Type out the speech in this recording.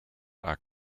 are